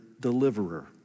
deliverer